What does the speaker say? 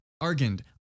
argand